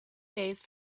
days